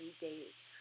days